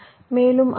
மேலும் அவை வி